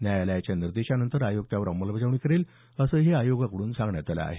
न्यायालयाच्या निर्देशानंतर आयोग त्यावर अंमलबजावणी करेल असंही आयोगाकडून सांगण्यात आलं आहे